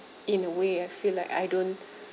in a way I feel like I don't